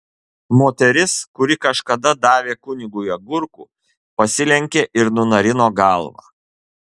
moteris kuri kažkada davė kunigui agurkų pasilenkė ir nunarino galvą